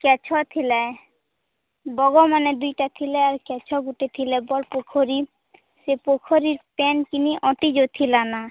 କେଛ ଥିଲେ ବଗ ମାନେ ଦୁଇଟା ଥିଲେ ଆର କେଛ ଗୁଟେ ଥିଲେ ବଡ଼ ପୁଖରୀ ସେ ପୋଖରୀ ପାନ କିନି ଅଣ୍ଟି ଜ ଥିଲା ନା